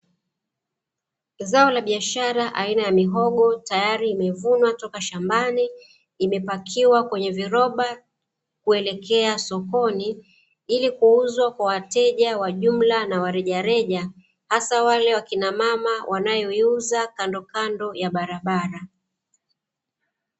Zao la biashara aina ya mihogo tayari imevunwa toka shambani imepakiwa kwenye viroba kuelekea sokoni ili kuuzwa kwa wateja wa jumla na wa rejareja hasa wale wakinamama wanaouza kandokando ya barabara.